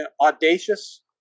audacious